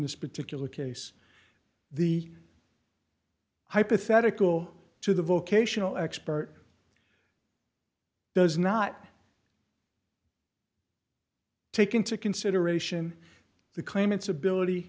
this particular case the hypothetical to the vocational expert does not take into consideration the claimants ability